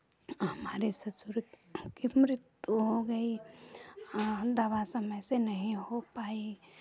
हमारे ससुर की मृत्यु हो गई हम दवा समय से नहीं हो पाई